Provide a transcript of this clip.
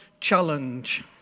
challenge